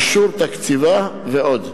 אישור תקציבה ועוד.